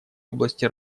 области